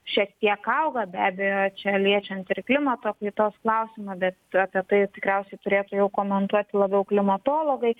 šiek tiek auga be abejo čia liečiant ir klimato kaitos klausimą bet apie tai tikriausiai turėtų jau komentuoti labiau klimatologai